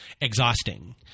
exhausting